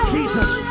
Jesus